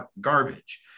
garbage